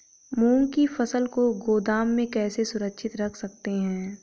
मूंग की फसल को गोदाम में कैसे सुरक्षित रख सकते हैं?